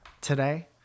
today